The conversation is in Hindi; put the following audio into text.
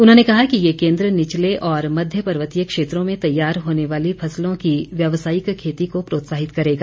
उन्होंने कहा कि ये केन्द्र निचले और मध्य पर्वतीय क्षेत्रों में तैयार होने वाली फसलों की व्यवसायिक खेती को प्रोत्साहित करेगा